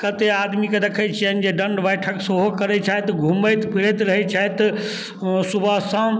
कतेक आदमीके देखै छिअनि जे दण्ड बैठक सेहो करै छथि घुमैत फिरैत रहै छथि सुबह शाम